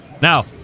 Now